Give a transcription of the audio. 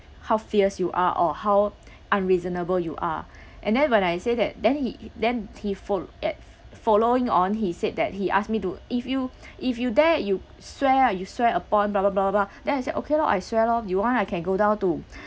how fierce you are or how unreasonable you are and then when I say that then he then he fol~ at following on he said that he asked me to if you if you dare you swear ah you swear upon blah blah blah blah blah then I said okay lah I swear lor you want I can go down to